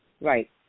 Right